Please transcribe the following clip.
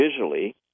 visually